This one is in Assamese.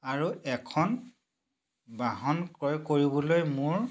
আৰু এখন বাহন ক্ৰয় কৰিবলৈ মোৰ